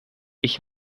ich